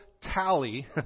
Tally